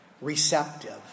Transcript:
receptive